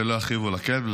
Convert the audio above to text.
שלא יכאיבו לכלב,